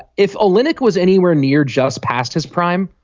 if olynyk was anywhere near just past his prime.